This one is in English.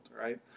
right